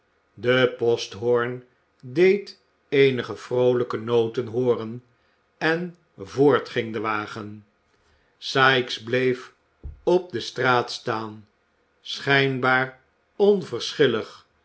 de posthoorn deed eenige vroolijke noten hooren en voort ging de wagen sikes bleef op de straat staan schijnbaar